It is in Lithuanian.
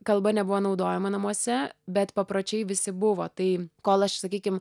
kalba nebuvo naudojama namuose bet papročiai visi buvo tai kol aš sakykim